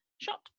shot